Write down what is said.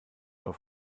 auf